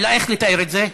אלא איך לתאר את זה?